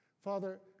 father